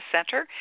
Center